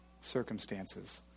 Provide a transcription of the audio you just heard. circumstances